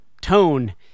tone